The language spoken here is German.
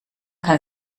kann